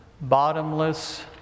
Bottomless